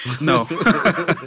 no